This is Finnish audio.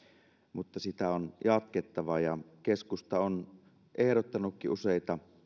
mutta sitä on jatkettava keskusta on ehdottanutkin useita